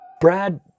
Brad